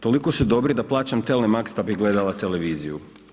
Toliko su dobri da plaćam TV max da bi gledala televiziju.